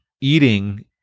eating